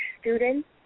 students